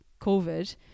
COVID